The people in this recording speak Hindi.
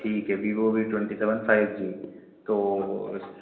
ठीक है Vivo V twenty seven five G तो